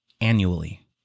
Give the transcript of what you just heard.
annually